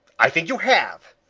i think you have,